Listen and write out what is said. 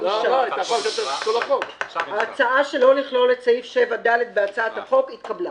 אין ההצעה שלא לכלול את סעיף 7ד בהצעת החוק נתקבלה.